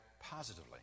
positively